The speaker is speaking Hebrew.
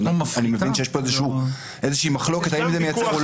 אני מבין שיש פה איזושהי מחלוקת האם זה מייצר או לא?